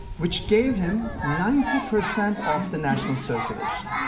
which gave him ninety percent of the national circulation.